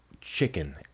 chicken